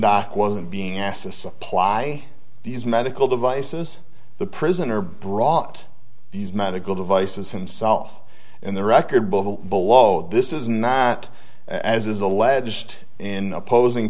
i wasn't being asked to supply these medical devices the prisoner brought these medical devices himself in the record books below this is not as is alleged in opposing